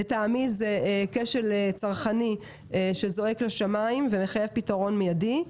לטעמי זה כשל צרכני שזועק לשמים ומחייב פתרון מיידי.